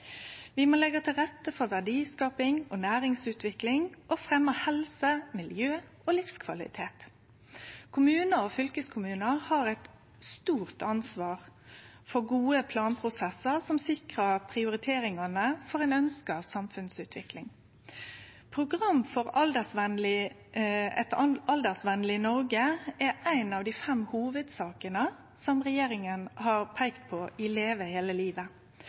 Vi må leggje til rette for verdiskaping og næringsutvikling og fremje helse, miljø og livskvalitet. Kommunar og fylkeskommunar har eit stort ansvar for gode planprosessar som sikrar prioriteringane for ei ønskt samfunnsutvikling. «Program for et aldersvennlig Norge» er ei av dei fem hovudsakene som regjeringa har peika på i Leve hele livet.